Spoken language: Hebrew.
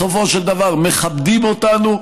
בסופו של דבר מכבדים אותנו,